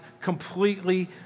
completely